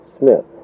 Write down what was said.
Smith